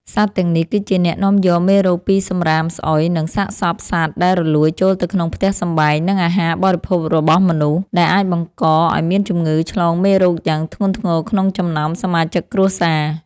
សត្វទាំងនេះគឺជាអ្នកនាំយកមេរោគពីសម្រាមស្អុយ និងសាកសពសត្វដែលរលួយចូលទៅក្នុងផ្ទះសម្បែង និងអាហារបរិភោគរបស់មនុស្ស ដែលអាចបង្កឱ្យមានជំងឺឆ្លងមេរោគយ៉ាងធ្ងន់ធ្ងរក្នុងចំណោមសមាជិកគ្រួសារ។